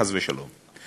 חס ושלום,